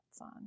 on